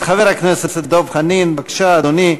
חבר הכנסת דב חנין, בבקשה, אדוני.